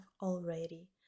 already